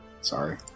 Sorry